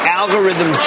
algorithm